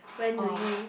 oh